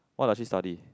what does she study